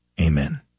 Amen